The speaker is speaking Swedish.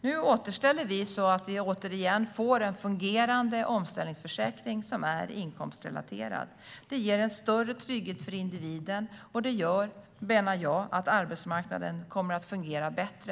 Nu återställer vi så att vi återigen får en fungerande omställningsförsäkring som är inkomstrelaterad. Det ger en större trygghet för individen, och det gör, menar jag, att arbetsmarknaden kommer att fungera bättre.